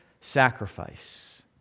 sacrifice